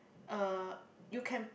uh you can